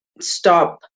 stop